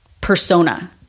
persona